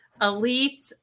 Elite